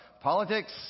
politics